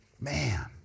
Man